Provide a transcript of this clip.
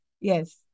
Yes